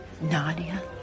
Nadia